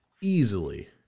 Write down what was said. easily